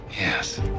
Yes